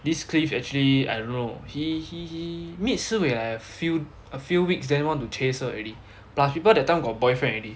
this cliff actually I don't know he he he meet siwei like a few a few weeks then want to chase her already plus people that time got boyfriend already